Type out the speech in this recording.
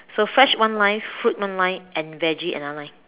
so fresh one line fruit one line and veggie another line